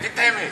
תגיד את האמת.